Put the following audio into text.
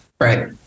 Right